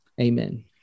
Amen